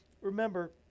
Remember